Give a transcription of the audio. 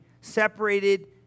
separated